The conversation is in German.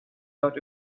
dort